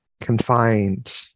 confined